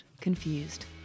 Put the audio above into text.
Confused